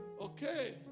okay